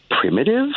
primitive